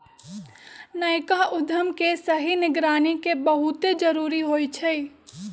नयका उद्यम के सही निगरानी के बहुते जरूरी होइ छइ